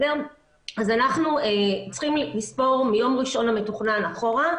אנחנו צריכים לספור מיום ראשון המתוכנן אחורה,